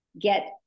get